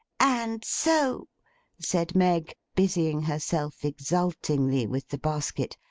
and so said meg, busying herself exultingly with the basket,